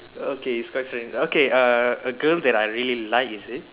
okay it's quite strange okay uh a girl that I really like is it